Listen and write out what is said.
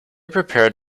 prepared